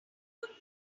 good